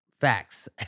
facts